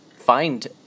Find